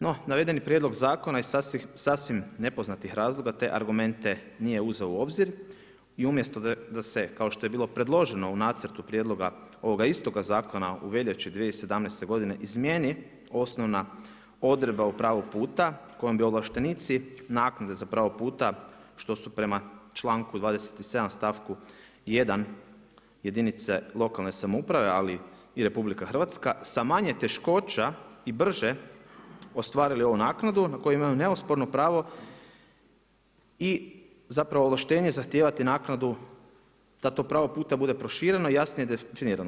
No navedeni prijedlog zakona, je iz sasvim nepoznatih razloga, te argumente nije uzeo u obzir, i umjesto da se kao što je bilo predloženo u nacrtu prijedloga ovoga istoga zakona u veljači 2017. godine izmjeni osnovna odredba od pravog puta, kojem bi ovlaštenici, naknade za pravog puta, što su prema članku 27. stavku 1. jedinice lokalne samouprave, ali i RH, sa manje teškoća i brže ostvarili ovu naknadu na koju imaju neosporno pravo i zapravo ovlaštenje zahtijevati naknadu da to pravog puta bude prošireno i jasnije definirano.